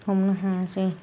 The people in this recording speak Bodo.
हमनो हायासै